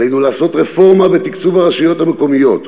עלינו לעשות רפורמה בתקצוב הרשויות המקומיות,